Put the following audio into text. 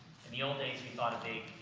the the old days, we thought of the,